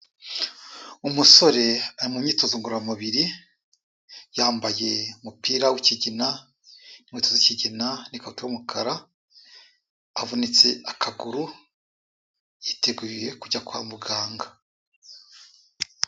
Umusore ari mu myitozo ngororamubiri, yambaye umupira w'ikigina, inkweto z'ikigina n'ikabutura y'umukara avunitse akaguru yiteguye kujya kwa muganga.